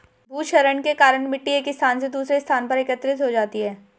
भूक्षरण के कारण मिटटी एक स्थान से दूसरे स्थान पर एकत्रित हो जाती है